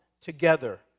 together